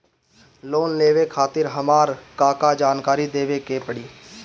Loan लेवे खातिर हमार का का जानकारी देवे के पड़ी?